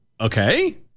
Okay